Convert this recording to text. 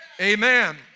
Amen